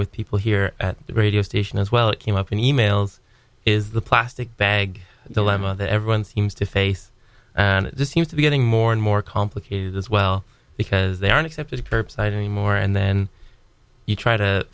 with people here at the radio station as well it came up in emails is the plastic bag dilemma that everyone seems to face and it just seems to be getting more and more complicated as well because they aren't except as a perp site anymore and then you try to